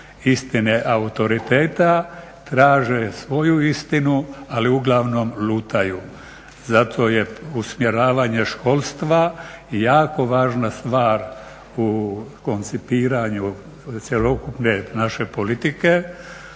istine autoriteta, traže svoju istinu ali uglavnom lutaju. Zato je usmjeravanje školstva jako važna stvar u koncipiranju cjelokupne naše politike